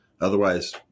Otherwise